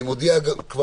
אני כבר מודיע כאן: